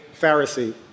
Pharisee